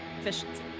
efficiency